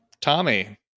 Tommy